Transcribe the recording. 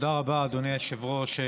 תודה רבה, אדוני היושב-ראש.